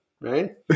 right